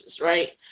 right